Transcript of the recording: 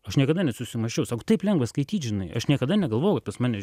aš niekada nesusimąsčiau sako taip lengva skaityt žinai aš niekada negalvojau pas mane